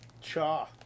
Cha